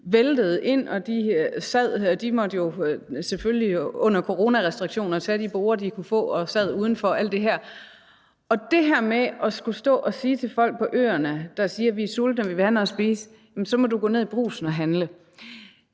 væltede ind, og de måtte jo selvfølgelig under coronarestriktionerne tage de borde, som de kunne få, og sad udenfor og alt det her, og det her med at skulle stå og sige til folk på øerne, som siger, at de er sultne, og at de vil have noget at spise, at de så må gå ned i Brugsen og handle,